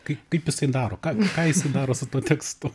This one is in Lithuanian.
kai kaip jisai daro ką ką jisai daro su tuo tekstu